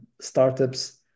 startups